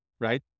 right